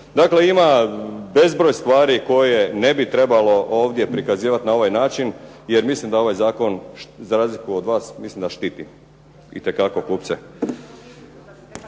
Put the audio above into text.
Dakle, ima bezbroj stvari koje ne bi trebalo ovdje prikazivati na ovaj način, jer mislim da ovaj zakon za razliku od vas mislim da štiti itekako kupce.